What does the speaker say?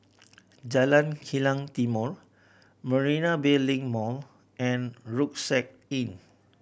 Jalan Kilang Timor Marina Bay Link Mall and Rucksack Inn